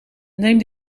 neem